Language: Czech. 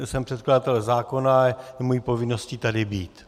Jsem předkladatelem zákona, je mou povinností tady být.